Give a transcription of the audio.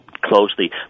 Closely